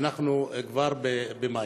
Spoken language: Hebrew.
ואנחנו כבר במאי?